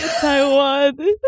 Taiwan